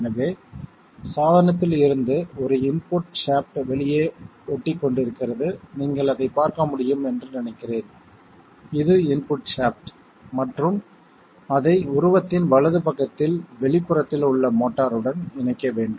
எனவே சாதனத்தில் இருந்து ஒரு இன்புட் ஷாப்ட் வெளியே ஒட்டிக்கொண்டிருக்கிறது நீங்கள் அதை பார்க்க முடியும் என்று நினைக்கிறேன் இது இன்புட் ஷாப்ட் மற்றும் அதை உருவத்தின் வலது பக்கத்தில் வெளிப்புறத்தில் உள்ள மோட்டருடன் இணைக்க வேண்டும்